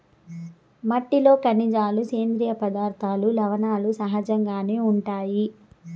మట్టిలో ఖనిజాలు, సేంద్రీయ పదార్థాలు, లవణాలు సహజంగానే ఉంటాయి